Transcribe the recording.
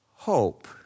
Hope